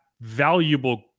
valuable